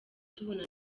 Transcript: tubona